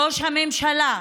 ראש הממשלה,